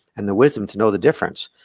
and the wisdom to know the difference.